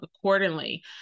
accordingly